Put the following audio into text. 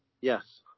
Yes